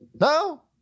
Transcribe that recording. No